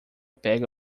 pega